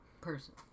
person